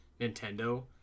nintendo